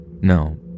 No